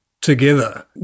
together